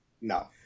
No